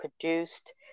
produced